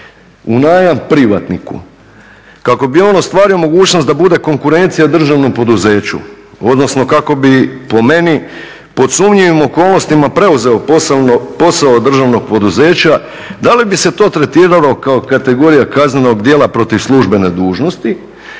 u najam privatniku kako bi on ostvario mogućnost da bude konkurencija državnom poduzeću, odnosno kako bi po meni pod sumnjivim okolnostima preuzeo posao državnog poduzeća, da li bi se to tretiralo kao kategorija kaznenog djela protiv službene dužnosti,